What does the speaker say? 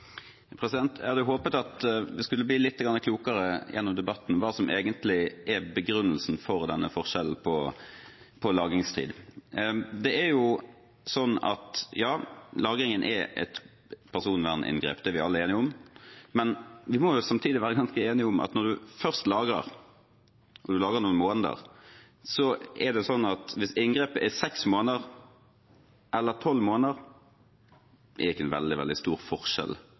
Jeg hadde håpet at vi skulle bli lite grann klokere gjennom debatten på hva som egentlig er begrunnelsen for denne forskjellen på lagringstid. Ja, lagringen er et personverninngrep, det er vi alle enige om. Men vi må samtidig være ganske enige om at når man først lagrer, når man lagrer i noen måneder, er det ikke veldig stor forskjell i inngrepets omfang og alvor om det er i seks måneder eller i tolv måneder. Det er det ikke,